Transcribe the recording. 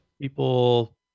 People